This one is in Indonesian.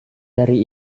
dari